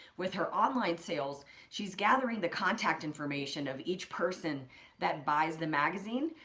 with her online sales, she's gathering the contact information of each person that buys the magazine,